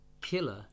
killer